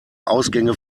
ausgänge